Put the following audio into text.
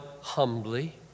humbly